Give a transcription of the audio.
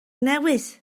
newydd